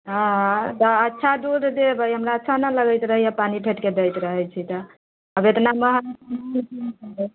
हाँ तऽ अच्छा दूध देबै हमरा अच्छा नहि लगैत रहैए पानि फेटके दैत रहै छी तऽ आब एतना महग